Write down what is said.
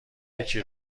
یکی